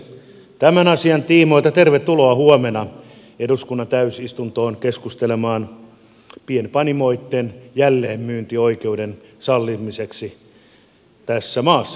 tämän asian tiimoilta tervetuloa huomenna eduskunnan täysistuntoon keskustelemaan pienpanimoitten jälleenmyyntioikeuden sallimiseksi tässä maassa